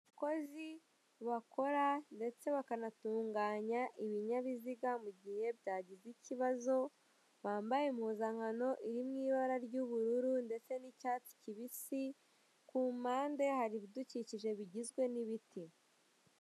Abakozi bakora ndetse bakanatunganya ibinyabiziga mu gihe byagize ikibazo, bambaye impuzankano iri mu ibara ry'ubururu ndetse n'icyatsi kibisi, ku mpande hari ibidukikije bigizwe n'ibiti.